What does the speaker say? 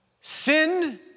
Sin